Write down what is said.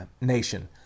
nation